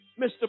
Mr